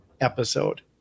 episode